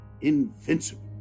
invincible